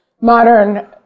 modern